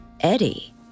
Eddie